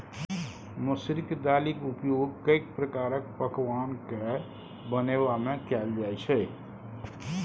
मसुरिक दालिक उपयोग कैक प्रकारक पकवान कए बनेबामे कएल जाइत छै